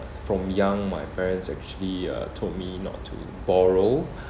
from young my parents actually uh told me not to borrow